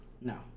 No